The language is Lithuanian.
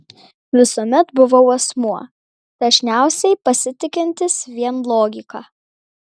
visuomet buvau asmuo dažniausiai pasitikintis vien logika